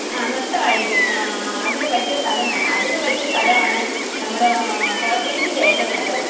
ആ നഷ്ടമായിരിക്കും അതിന് പറ്റിയ സ്ഥലം വേണം അതിന് പറ്റിയ സ്ഥലമാണെങ്കിൽ നമ്മൾ കോട്ടയം ജില്ലയാ ഏറ്റവും നല്ലത്